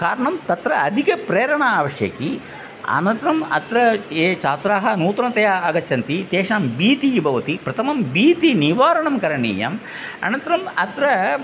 कारणं तत्र अधिकप्रेरणा आवश्यकी अनन्तरम् अत्र ये छात्राः नूतनतया आगच्छन्ति तेषां भीतिः भवति प्रथमं भीतिनिवारणं करणीयम् अनन्तरम् अत्र